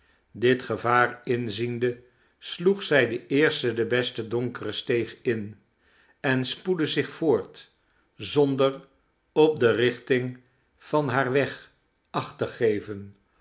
dit gevaar inziende sloeg zij de eerste de beste donkere steeg in en spoedde zich voort zonder op de richting van haar weg acht te geven